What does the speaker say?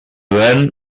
ven